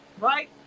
Right